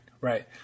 right